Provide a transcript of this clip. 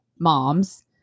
moms